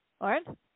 Lauren